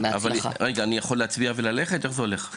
אני יכול להצביע וללכת, איך זה הולך?